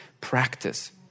practice